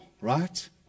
right